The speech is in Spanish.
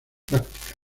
práctica